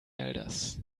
elders